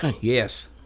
Yes